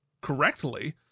correctly